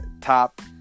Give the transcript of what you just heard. top